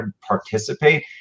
participate